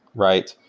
right?